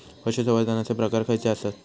पशुसंवर्धनाचे प्रकार खयचे आसत?